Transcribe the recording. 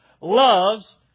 loves